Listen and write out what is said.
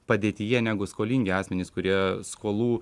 padėtyje negu skolingi asmenys kurie skolų